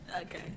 Okay